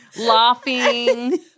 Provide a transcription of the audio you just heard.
laughing